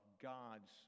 God's